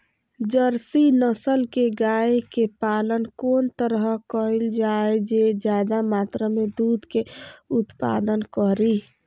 Jersey नस्ल के गाय के पालन कोन तरह कायल जाय जे ज्यादा मात्रा में दूध के उत्पादन करी?